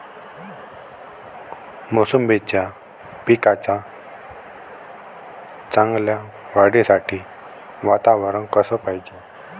मोसंबीच्या पिकाच्या चांगल्या वाढीसाठी वातावरन कस पायजे?